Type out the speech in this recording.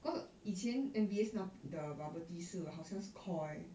cause 以前 M_B_S 那 the bubble tea 是好像是 Koi